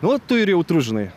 nu tu ir jautrus žinai